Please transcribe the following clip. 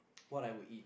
what I would eat